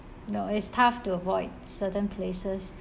no it's tough to avoid certain places